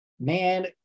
man